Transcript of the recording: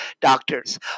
doctors